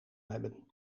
hebben